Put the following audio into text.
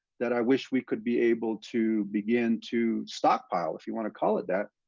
that i wish we could be able to begin to stockpile, if you want to call it that,